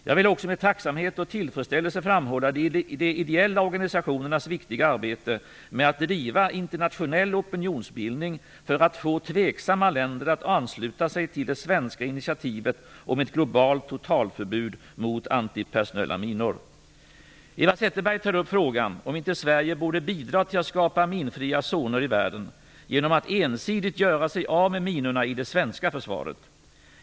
Jag vill också med tacksamhet och tillfredsställelse framhålla de ideella organisationernas viktiga arbete med att driva internationell opinionsbildning för att få tveksamma länder att ansluta sig till det svenska initiativet om ett globalt totalförbud mot antipersonella minor. Eva Zetterberg tar upp frågan om inte Sverige borde bidra till att skapa minfria zoner i världen genom att ensidigt göra sig av med minorna i det svenska försvaret.